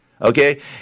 Okay